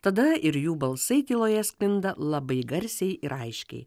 tada ir jų balsai tyloje sklinda labai garsiai ir aiškiai